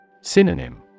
Synonym